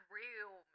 real